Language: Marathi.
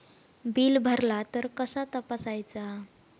बिल भरला तर कसा तपसायचा?